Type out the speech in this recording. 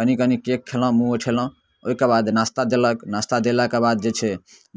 कनि कनि केक खेलहुँ मुँह अँइठेलहुँ ओइके बाद नास्ता देलक नास्ता देलाके बाद जे छै